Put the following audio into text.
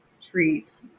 treat